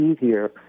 easier